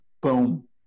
boom